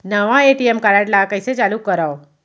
नवा ATM card ल कइसे चालू करव?